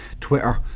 Twitter